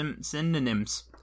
synonyms